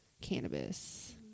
cannabis